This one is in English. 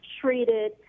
treated